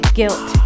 guilt